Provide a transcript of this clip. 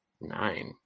Nine